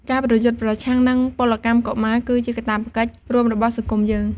ការប្រយុទ្ធប្រឆាំងនឹងពលកម្មកុមារ គឺជាកាតព្វកិច្ចរួមរបស់សង្គមយើង។